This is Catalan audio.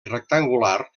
rectangular